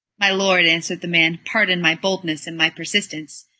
my lord, answered the man, pardon my boldness and my persistence.